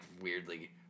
weirdly